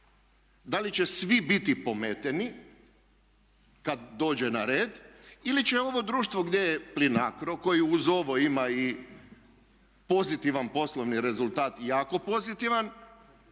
da li će svi biti pometeni kad dođe na red ili će ovo društvo gdje je Plinacro koji uz ovo ima i pozitivan poslovni rezultat jako pozitivan